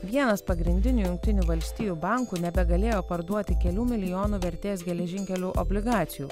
vienas pagrindinių jungtinių valstijų bankų nebegalėjo parduoti kelių milijonų vertės geležinkelių obligacijų